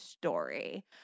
story